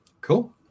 cool